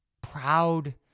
proud